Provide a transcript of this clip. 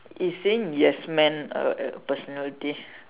is in yes man a personality